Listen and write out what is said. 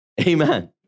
amen